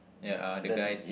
ya the guys